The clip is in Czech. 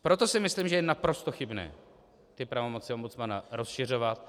Proto si myslím, že je naprosto chybné pravomoci ombudsmana rozšiřovat.